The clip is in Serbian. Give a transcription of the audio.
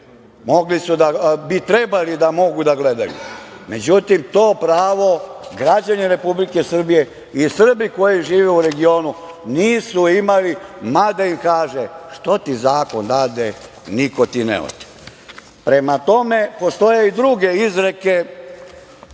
bi trebalo da mogu da gledaju. Međutim, to pravo građani Republike Srbije i Srbi koji žive u regionu nisu imali, mada kaže – što ti zakon dade niko ti ne ote. Prema tome, postoje i druge izreke.